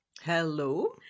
Hello